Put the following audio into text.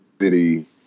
city